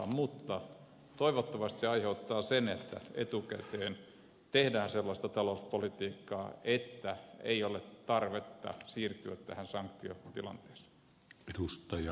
mutta toivottavasti sanktiointi aiheuttaa sen että etukäteen tehdään sellaista talouspolitiikkaa että ei ole tarvetta siirtyä sanktiotilanteeseen